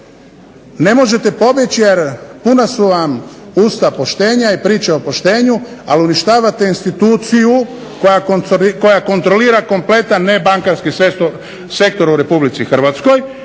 Ne možete pobjeći jer puna su vam usta poštenja i priče o poštenju, ali uništavate instituciju koja kontrolira kompletan nebankarski sektor u Republici Hrvatskoj.